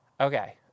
okay